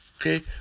Okay